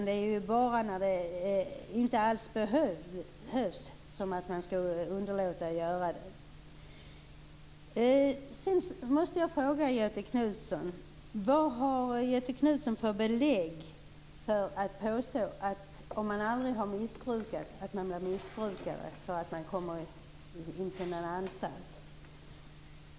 Det är bara när det inte alls behövs som man skall underlåta att underrätta målsägande. Knutson för belägg för att påstå att den som aldrig missbrukat blir missbrukare därför att man kommer in på en anstalt?